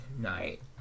night